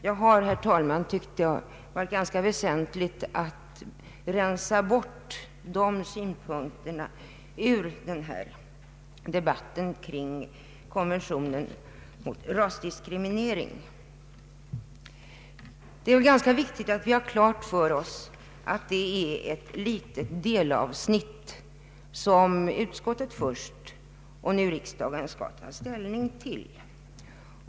Jag har, herr talman, ansett att det är ganska väsentligt att rensa bort de synpunkterna ur denna debatt kring konventionen mot rasdiskriminering. Det är viktigt att vi har klart för oss att det är ett litet delavsnitt som riksdagen nu skall ta ställning till.